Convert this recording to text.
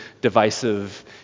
divisive